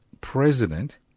president